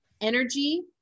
energy